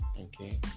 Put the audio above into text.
okay